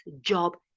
job